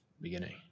Beginning